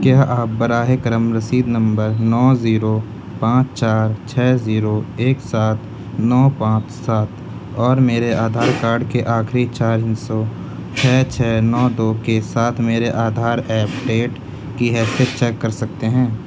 کیا آپ براہ کرم رسید نمبر نو زیرو پانچ چار چھ زیرو ایک سات نو پانچ سات اور میرے آدھار کارڈ کے آخری چار ہندسوں چھ چھ نو دو کے ساتھ میرے آدھار ایپ ڈیٹ کی حیثیت چیک کر سکتے ہیں